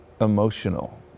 emotional